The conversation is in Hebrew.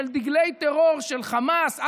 של דגלי טרור של חמאס.